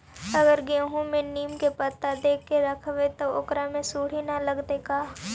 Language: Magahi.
अगर गेहूं में नीम के पता देके यखबै त ओकरा में सुढि न लगतै का?